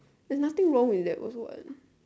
there's nothing wrong with that also what